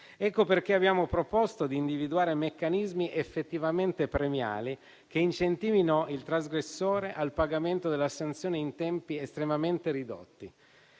Ecco perché abbiamo proposto di individuare meccanismi effettivamente premiali, che incentivino il trasgressore al pagamento della sanzione in tempi estremamente ridotti,